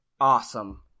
Awesome